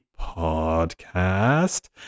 podcast